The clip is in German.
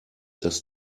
das